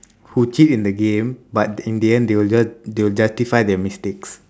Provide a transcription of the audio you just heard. who cheat in the game but in the end they will just~ they will justify their mistakes